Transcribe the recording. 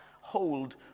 hold